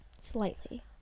slightly